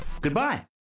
Goodbye